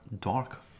dark